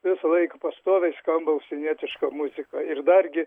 visąlaik pastoviai skamba užsienietiška muzika ir dargi